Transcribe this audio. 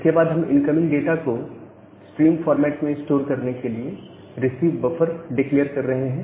इसके बाद हम इनकमिंग डाटा को स्ट्रीम फॉर्मेट में स्टोर करने के लिए रिसीव बफर डिक्लेअर कर रहे हैं